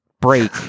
break